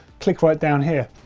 click right down here.